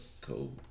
Cool